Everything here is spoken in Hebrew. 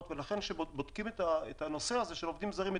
ולכן כאשר בודקים את הנושא הזה של עובדים זרים,